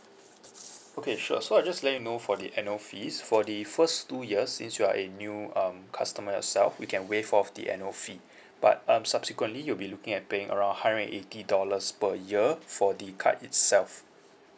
okay sure so I'll just let you know for the annual fees for the first two years since you are a new um customer yourself we can waive off the annual fee but um subsequently you'll be looking at paying around hundred and eighty dollars per year for the card itself